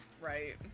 Right